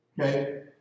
Okay